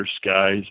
skies